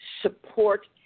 support